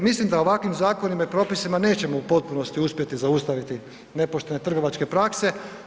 Mislim da ovakvim zakonima i propisima nećemo u potpunosti uspjeti zaustaviti nepoštene trgovačke prakse.